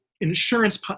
insurance